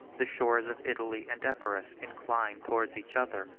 the shores of italy and epirus incline towards each other.